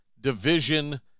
Division